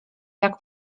jak